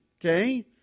okay